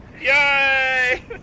Yay